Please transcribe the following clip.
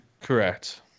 Correct